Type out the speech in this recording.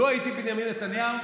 לו הייתי בנימין נתניהו,